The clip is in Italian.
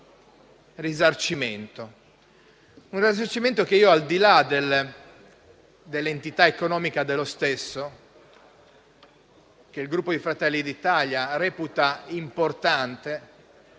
un risarcimento che, al di là dell'entità economica dello stesso, io e il Gruppo Fratelli d'Italia reputiamo importante,